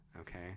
Okay